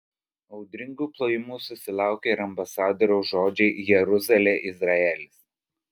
audringų plojimų susilaukė ir ambasadoriaus žodžiai jeruzalė izraelis